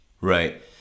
Right